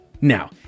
Now